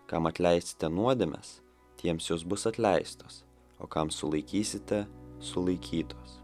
kam atleisite nuodėmes tiems jos bus atleistos o kam sulaikysite sulaikytos